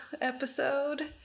episode